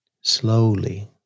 slowly